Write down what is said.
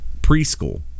preschool